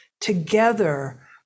together